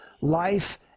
life